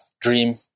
dream